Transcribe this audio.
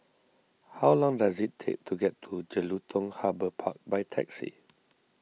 how long does it take to get to Jelutung Harbour Park by taxi